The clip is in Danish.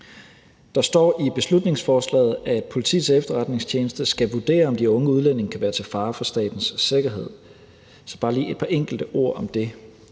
Der står i beslutningsforslaget, at Politiets Efterretningstjeneste skal vurdere, om de unge udlændinge kan være til fare for statens sikkerhed, så jeg vil bare lige sige et par enkelte ord om det.